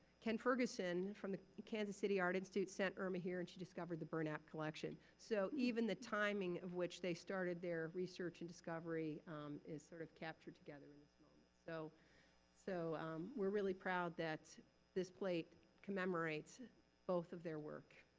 ken ferguson, from the kansas city art institute, sent irma here and she discovered the burnap collection. so even the timing of which they started their research and discovery is sort of captured together. and so so we're really proud that this plate commemorates both of their work.